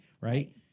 right